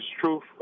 truth